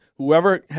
Whoever